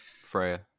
Freya